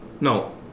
No